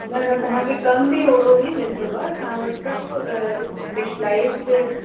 न न तव्हां खे कम बि ओड़ो ई मिलंदव असां वटि सभु स्पेशलाइज़्ड